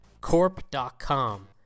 corp.com